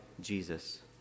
Jesus